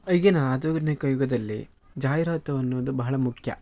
ಈಗಿನ ಆಧುನಿಕ ಯುಗದಲ್ಲಿ ಜಾಹಿರಾತು ಅನ್ನೋದು ಬಹಳ ಮುಖ್ಯ